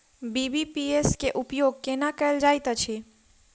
BBPS केँ उपयोग केना कएल जाइत अछि?